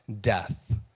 death